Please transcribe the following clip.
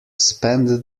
spend